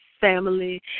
family